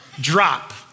drop